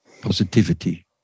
positivity